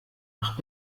nach